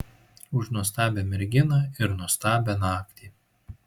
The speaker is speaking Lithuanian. už nuostabią merginą ir nuostabią naktį